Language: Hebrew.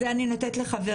אז זה אני נותנת לחבריי.